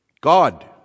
God